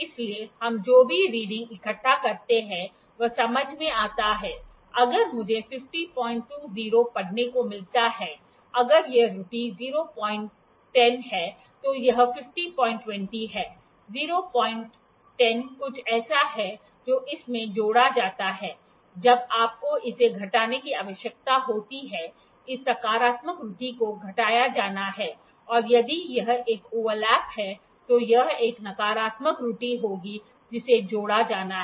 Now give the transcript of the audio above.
इसलिए हम जो भी रीडिंग इकट्ठा करते हैं वह समझ में आता है अगर मुझे 5020 पढ़ने को मिलता है अगर यह त्रुटि 010 है तो यह 5020 है 010 कुछ ऐसा है जो इसमें जोड़ा जाता है जब आपको इसे घटाने की आवश्यकता होती है इस सकारात्मक त्रुटि को घटाया जाना है और यदि यह एक ओवरलैप है तो यह एक नकारात्मक त्रुटि होगी जिसे जोड़ा जाना है